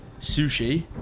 sushi